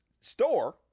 store